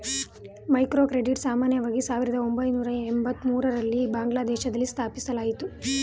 microcredit ಸಾಮಾನ್ಯವಾಗಿ ಸಾವಿರದ ಒಂಬೈನೂರ ಎಂಬತ್ತಮೂರು ರಲ್ಲಿ ಬಾಂಗ್ಲಾದೇಶದಲ್ಲಿ ಸ್ಥಾಪಿಸಲಾಯಿತು